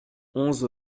onze